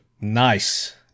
Nice